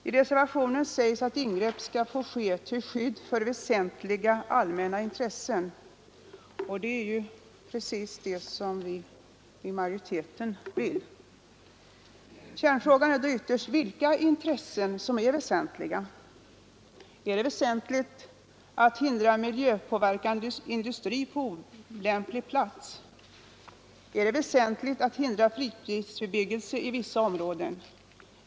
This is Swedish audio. I reservationen sägs att ingrepp skall få göras till skydd för väsentliga allmänna intressen, och det är ju precis vad vi i majoriteten vill. Kärnfrågan är då ytterst vilka intressen som är väsentliga. Är det väsentligt att hindra miljöpåverkande industri på olämplig plats? Är det väsentligt att hindra fritidsbebyggelse i vissa områden?